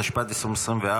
התשפ"ד 2024,